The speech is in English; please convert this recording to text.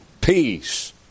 peace